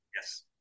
Yes